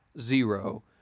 zero